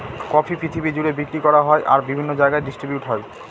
coffee পৃথিবী জুড়ে বিক্রি করা হয় আর বিভিন্ন জায়গায় ডিস্ট্রিবিউট হয়